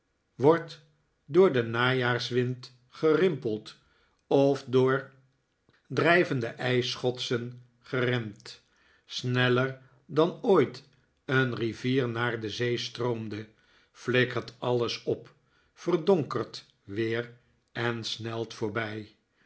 wordt door den najaarswind gerimpeld of door drijvende ijsschotsen geremd sneller dan ooit een rivier naar de zee stroomde flikkert alles op verdonkert weer en snelt voorbij